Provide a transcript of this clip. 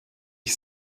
ich